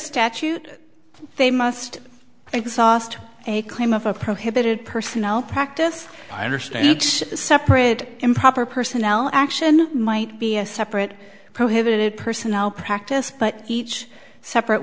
statute they must exhaust a claim of a prohibited personnel practice i understand it's a separate improper personnel action might be a separate prohibited personnel practice but each separate